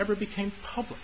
ever became public